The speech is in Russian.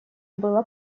было